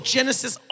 Genesis